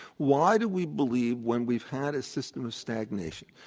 why do we believe when we've had a system of stagnation,